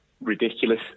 ridiculous